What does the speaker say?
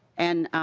and